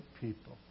people